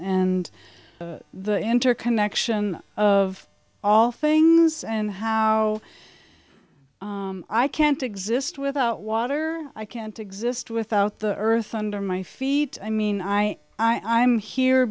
and the interconnection of all things and how i can't exist without water i can't exist without the earth under my feet i mean i i'm here